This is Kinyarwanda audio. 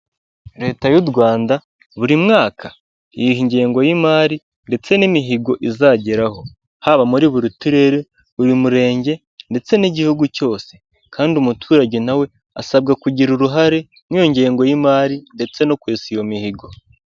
Leta y'u Rwanda buri mwaka iyiha ingengo y'imari ndetse n'imihigo izageraho, haba muri buri turere, buri murenge ndetse n'igihugu cyose, kandi umuturage nawe asabwa kugira uruhare n'ingengo y'imari ndetse no kwesa iyo mihigo.